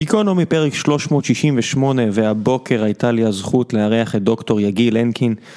גיקונומי פרק 368, והבוקר הייתה לי הזכות לארח את דוקטור יגיל הנקין